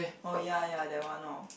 oh ya ya that one lor